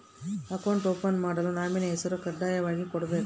Account open ಮಾಡಲು nominee ಹೆಸರು ಕಡ್ಡಾಯವಾಗಿ ಕೊಡಬೇಕಾ?